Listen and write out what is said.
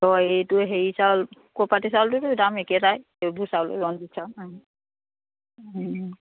অঁ এইটো হেৰি চাউল ক'পাটি চাউলটোতো দাম একেটাই এইবোৰ চাউল ৰঞ্জিত চাউল